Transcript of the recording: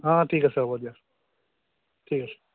অঁ অঁ ঠিক আছে হ'ব দিয়া ঠিক আছে